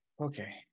Okay